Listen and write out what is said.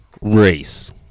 race